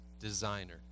designer